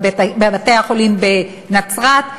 בבתי-החולים בנצרת,